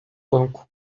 banco